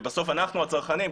ובסוף אנחנו הצרכנים,